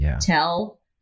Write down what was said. tell